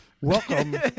Welcome